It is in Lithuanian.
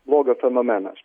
blogio fenomenas